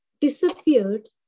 disappeared